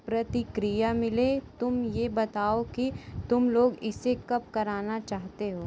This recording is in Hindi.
प्रतिक्रिया मिले तुम यह बताओ कि तुम लोग इसे कब कराना चाहते हो